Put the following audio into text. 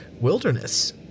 wilderness